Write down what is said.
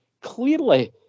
Clearly